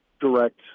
direct